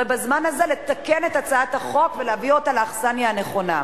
ובזמן הזה לתקן את הצעת החוק ולהביא אותה לאכסניה הנכונה.